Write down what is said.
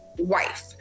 wife